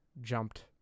jumped